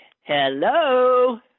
Hello